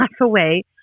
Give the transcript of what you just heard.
away